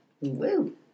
Woo